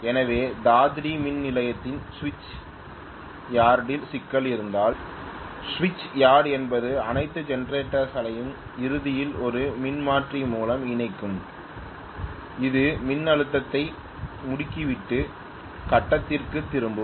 எனவே தாத்ரி மின் நிலையத்தின் சுவிட்ச் யார்டில் சிக்கல் இருந்தால் சுவிட்ச் யார்டு என்பது அனைத்து ஜெனரேட்டர்களையும் இறுதியில் ஒரு மின்மாற்றி மூலம் இணைக்கும் இது மின்னழுத்தத்தை முடுக்கிவிட்டு கட்டத்திற்குத் திரும்பும்